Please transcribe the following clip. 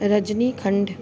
Rajnikhand